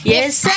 Yes